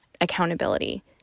accountability